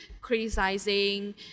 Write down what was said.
criticizing